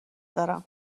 دارم